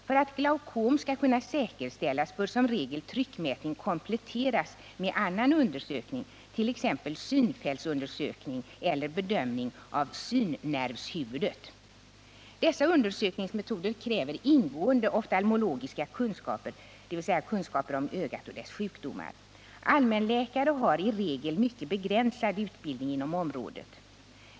För att glaucom skall kunna säkerställas bör som regel tryckmätningen kompletteras med annan undersökning, t.ex. synfältsundersökning eller bedömning av synnervshuvudet . Dessa undersökningsmetoder kräver ingående oftalmologiska kunskaper, dvs. kunskaper om ögat och dess sjukdomar. Allmänläkare har i regel mycket begränsad utbildning inom området.